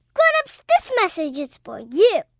grown-ups, this message is for you